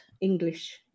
English